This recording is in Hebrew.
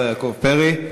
תודה רבה לשר יעקב פרי.